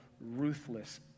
ruthless